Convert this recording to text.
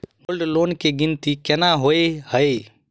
Gold loan केँ गिनती केना होइ हय?